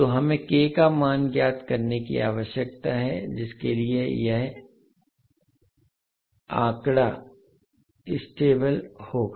तो हमें k का मान ज्ञात करने की आवश्यकता है जिसके लिए यह आंकड़ा स्टेबल होगा